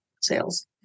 sales